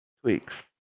tweaks